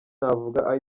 navuga